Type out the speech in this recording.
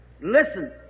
Listen